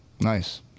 Nice